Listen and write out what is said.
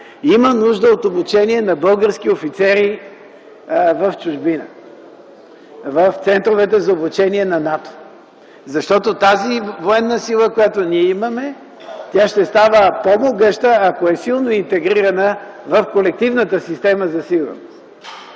Има нужда от обучение на български офицери в чужбина, в центровете за обучение на НАТО. Защото нашата военна сила ще става по-могъща, ако е силно интегрирана в колективната система за сигурност.